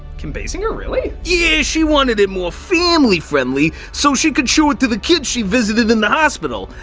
kim basinger, really? yeah, she wanted it more family friendly so she could show it to the kids she visited in the hospital.